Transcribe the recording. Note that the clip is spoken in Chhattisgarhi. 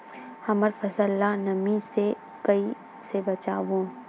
हमर फसल ल नमी से क ई से बचाबो?